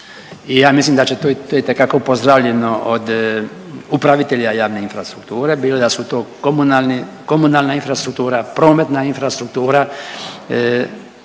i ja mislim da će to itekako pozdravljamo od upravitelja javne infrastrukture bilo da su to komunalni, komunalna infrastruktura, prometna infrastruktura